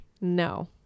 No